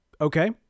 okay